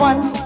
One